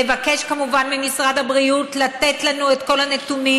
ולבקש כמובן ממשרד הבריאות לתת לנו את כל הנתונים.